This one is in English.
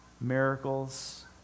miracles